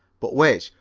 but which,